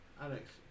alex